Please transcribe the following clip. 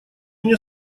мне